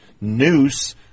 noose